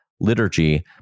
liturgy